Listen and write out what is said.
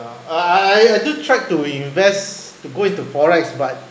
I I I do tried to invest to go into FOREX but